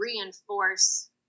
Reinforce